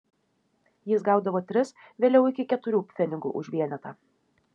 jis gaudavo tris vėliau iki keturių pfenigų už vienetą